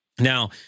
Now